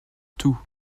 tout